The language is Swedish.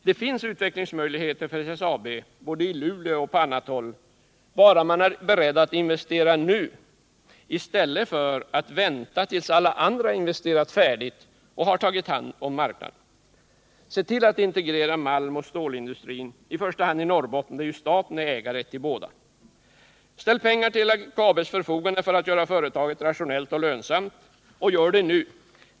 Det finns utvecklingsmöjligheter för SSAB både i Luleå och på annat håll bara man är beredd att investera nu i stället för att vänta tills alla andra investerat färdigt och tagit hand om marknaden. Se till att integrera malmoch stålindustrin i första hand i | Norrbotten, där ju staten är ägare till båda. Ställ pengar till LKAB:s förfogande för att göra företaget rationellt och | lönsamt, och gör det nu.